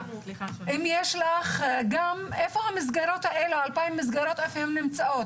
איפה המסגרות האלו נמצאות?